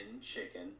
chicken